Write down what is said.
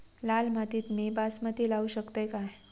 लाल मातीत मी बासमती लावू शकतय काय?